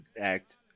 act